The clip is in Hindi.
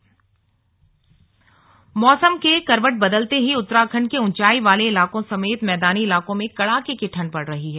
स्लग मौसम मौसम के करवट बदलते ही उत्तराखंड के ऊंचाई वाले इलाकों समेत मैदानी इलाकों में कड़ाके की ठंड पड़ रही है